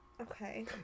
Okay